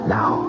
Now